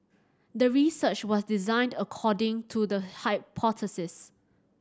the research was designed according to the hypothesis